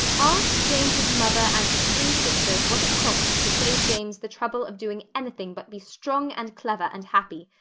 ask james's mother and his three sisters what it cost to save james the trouble of doing anything but be strong and clever and happy.